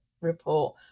report